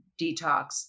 detox